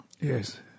yes